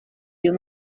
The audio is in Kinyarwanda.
uyu